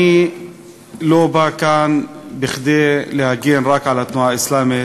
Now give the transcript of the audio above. אני לא בא כאן כדי להגן רק על התנועה האסלאמית,